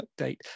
update